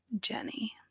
Jenny